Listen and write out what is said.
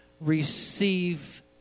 receive